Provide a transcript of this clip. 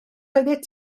oeddet